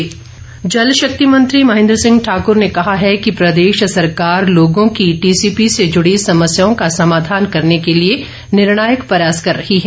महेन्द्र सिंह ठाकुर जल शक्ति मंत्री महेन्द्र सिंह ठाकूर ने कहा है कि प्रदेश सरकार लोगों की टीसीपी से जुड़ी समस्याओं का समाधान करने के लिए निर्णायक प्रयास कर रही है